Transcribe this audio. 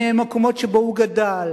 ממקומות שבהם הוא גדל.